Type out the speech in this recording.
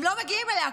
הם לא מגיעים אליה,